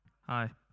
Hi